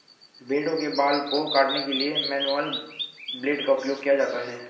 भेड़ों के बाल को काटने के लिए मैनुअल ब्लेड का उपयोग किया जाता है